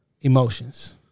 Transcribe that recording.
emotions